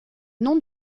nom